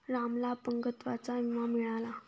रामला अपंगत्वाचा विमा मिळाला